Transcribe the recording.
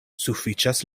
sufiĉas